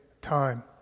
time